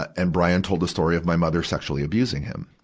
and brian told the story of my mother sexually abusing him.